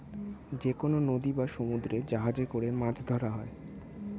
যেকনো নদী বা সমুদ্রে জাহাজে করে মাছ ধরা হয়